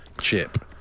chip